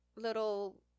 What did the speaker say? little